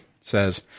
says